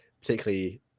particularly